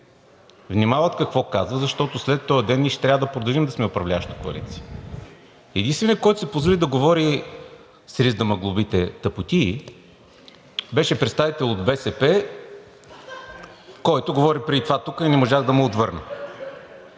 внимават какво казват, защото след този ден ние ще трябва продължим да сме управляваща коалиция. Единственият, който си позволи да говори, с риск да ме глобите – тъпотии, беше представител от БСП, който говори преди това тук и не можах да му отвърна.